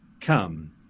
come